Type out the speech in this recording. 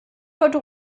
heute